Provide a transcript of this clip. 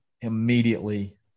immediately